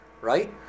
right